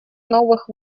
новых